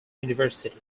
university